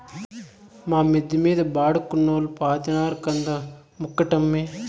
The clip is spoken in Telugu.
మా మిద్ద మీద బాడుగకున్నోల్లు పాతినారు కంద మొక్కటమ్మీ